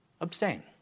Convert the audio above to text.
Abstain